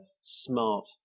smart